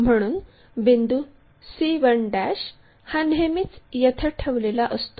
म्हणून बिंदू c1' हा नेहमीच येथे ठेवलेला असतो